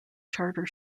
charter